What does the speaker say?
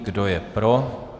Kdo je pro?